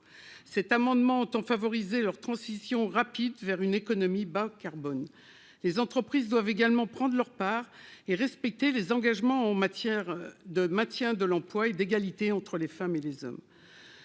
Cet amendement tend donc à favoriser leur transition rapide vers une économie bas-carbone. Elles doivent également prendre et respecter des engagements en matière de maintien de l'emploi et d'égalité entre les femmes et les hommes.